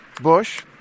Bush